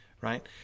Right